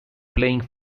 playing